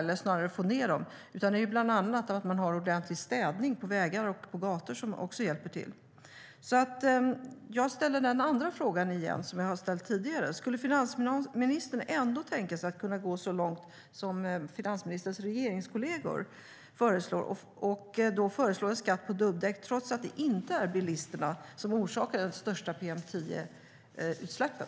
I stället hjälper bland annat ordentlig städning av vägar och gator till. Jag ställer därför återigen den andra frågan jag ställt tidigare. Skulle finansministern ändå kunna tänka sig att gå så långt som finansministerns regeringskollegor föreslår och införa en skatt på dubbdäck - trots att det inte är bilisterna som orsakar de största PM10-utsläppen?